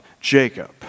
Jacob